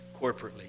corporately